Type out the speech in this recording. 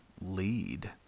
lead